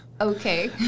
Okay